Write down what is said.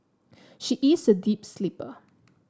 she is a deep sleeper